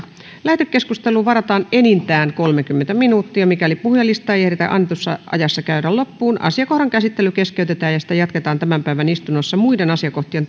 lähetekeskusteluun varataan enintään kolmekymmentä minuuttia mikäli puhujalistaa ei ehditä annetussa ajassa käydä loppuun asiakohdan käsittely keskeytetään ja sitä jatketaan tämän päivän istunnossa muiden asiakohtien